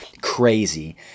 crazy